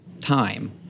time